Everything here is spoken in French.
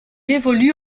évolue